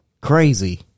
Crazy